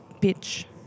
pitch